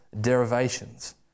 derivations